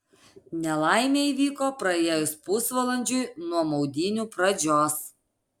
nelaimė įvyko praėjus pusvalandžiui nuo maudynių pradžios